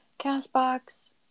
Castbox